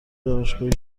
دانشگاهی